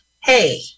hey